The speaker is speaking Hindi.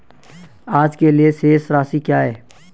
आज के लिए शेष राशि क्या है?